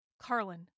Carlin